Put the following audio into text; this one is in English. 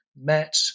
met